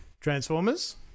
Transformers